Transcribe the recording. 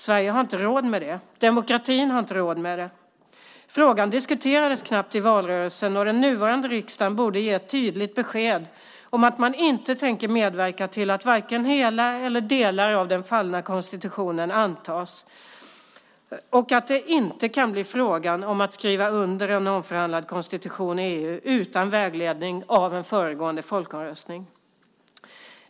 Sverige har inte råd med det, demokratin har inte råd med det. Frågan diskuterades knappt i valrörelsen, och den nuvarande riksdagen borde ge ett tydligt besked om att man inte tänker medverka till att vare sig hela eller delar av den fallna konstitutionen antas och att det inte kan bli fråga om att skriva under en omförhandlad konstitution för EU utan vägledning av en föregående folkomröstning.